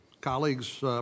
colleagues